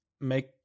make